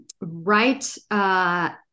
right